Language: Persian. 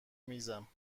میزم